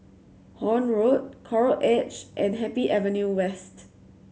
Horne Road Coral Edge and Happy Avenue West